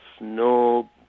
No